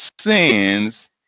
sins